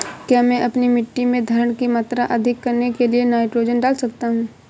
क्या मैं अपनी मिट्टी में धारण की मात्रा अधिक करने के लिए नाइट्रोजन डाल सकता हूँ?